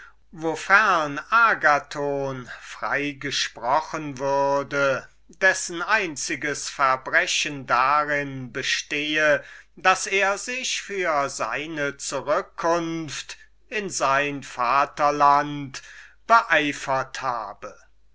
agathon freigesprochen würde dessen einziges verbrechen darin bestehe daß er sich für seine zurückkunft in sein vaterland interessiert habe